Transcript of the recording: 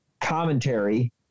commentary